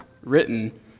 written